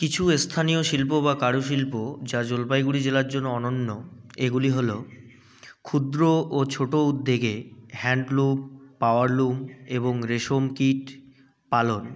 কিছু স্থানীয় শিল্প বা কারুশিল্প যা জলপাইগুড়ি জেলার জন্য অনন্য এগুলি হল ক্ষুদ্র ও ছোটো উদ্যোগে হ্যান্ডলুম পাওয়ারলুম এবং রেশমকীট পালন